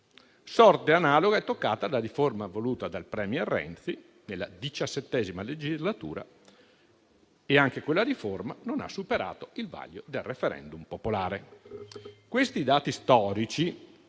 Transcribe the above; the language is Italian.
Sorte analoga è toccata alla riforma voluta dal *premier* Renzi nella XVII legislatura: anche quella riforma non ha superato il vaglio del *referendum* popolare. Questi dati storici